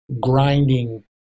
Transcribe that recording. grinding